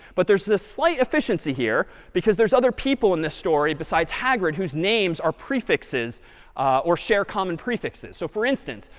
but there's this slight efficiency here because there's other people in this story besides hagrid whose names are prefixes or share common prefixes. so, for instance,